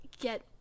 Get